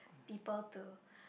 people to